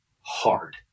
hard